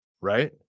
right